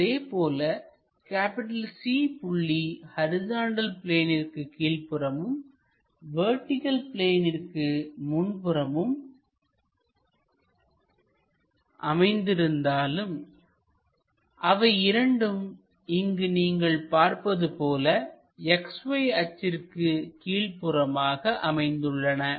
அதேபோல C புள்ளி horizontal பிளேனிற்கு கீழ்ப்புறமும் வெர்டிகள் பிளேனிற்கு முன்புறமும் அமைந்திருந்தாலும் அவை இரண்டும் இங்கு நீங்கள் பார்ப்பது போல் XY அச்சிற்கு கீழ்ப்புறமாக அமைந்துள்ளன